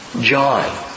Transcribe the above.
John